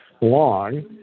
long